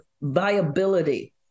viability